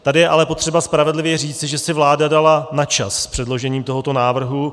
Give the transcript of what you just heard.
Tady je ale potřeba spravedlivě říci, že si vláda dala na čas s předložením tohoto návrhu.